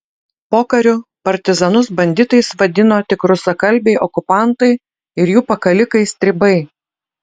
pokariu partizanus banditais vadino tik rusakalbiai okupantai ir jų pakalikai stribai